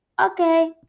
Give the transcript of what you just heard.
Okay